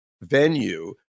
venue